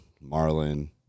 marlin